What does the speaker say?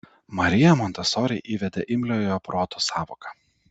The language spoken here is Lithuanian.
marija montesori įvedė imliojo proto sąvoką